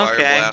Okay